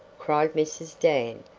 cried mrs. dan,